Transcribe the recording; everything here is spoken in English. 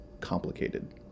complicated